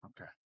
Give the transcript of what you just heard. Okay